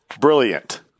Brilliant